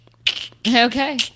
Okay